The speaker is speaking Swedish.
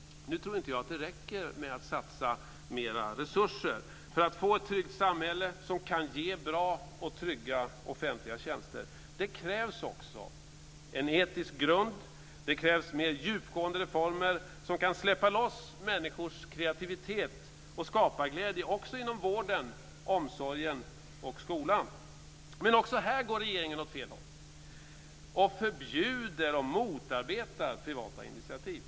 Jag tror inte att det räcker att satsa mera resurser för att få ett tryggt samhälle som kan ge bra och trygga offentliga tjänster. Det krävs också en etisk grund. Det krävs mer djupgående reformer som kan få människors kreativitet och skaparglädje att släppa loss också inom vården, omsorgen och skolan. Men också här går regeringen åt fel håll och förbjuder och motarbetar privata initiativ.